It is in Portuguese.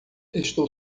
estou